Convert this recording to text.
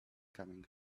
coming